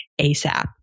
ASAP